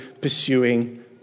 pursuing